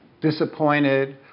disappointed